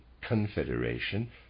confederation